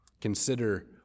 consider